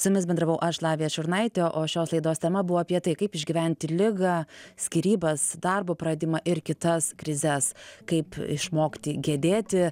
su jumis bendravau aš lavija šurnaitė o šios laidos tema buvo apie tai kaip išgyventi ligą skyrybas darbo pradimą ir kitas krizes kaip išmokti gedėti